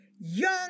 young